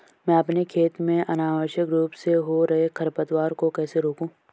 मैं अपने खेत में अनावश्यक रूप से हो रहे खरपतवार को कैसे रोकूं?